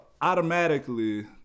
Automatically